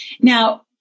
Now